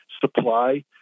supply